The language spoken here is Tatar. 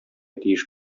тиеш